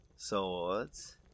Swords